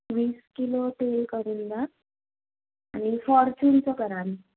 वीस किलो तेल करून घ्या आणि फॉर्च्युनचं करा